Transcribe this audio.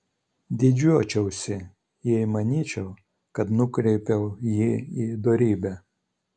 didžiuočiausi jei manyčiau kad nukreipiau jį į dorybę